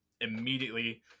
immediately